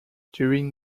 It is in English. during